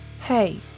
Hey